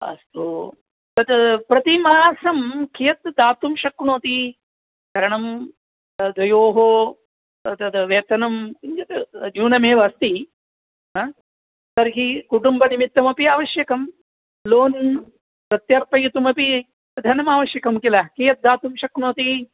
अस्तु तद् प्रतिमासं कियत् दातुं शक्नोति ऋणं त द्वयोः तत् त वेतनं किञ्चित् न्यूनमेव अस्ति हा तर्हि कुटुम्बनिमित्तमपि आवश्यकं लोन् प्रत्यर्पयितुमपि धनमावश्यकं किल कियत् दातुं शक्नोति